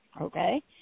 okay